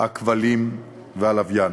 הכבלים והלוויין.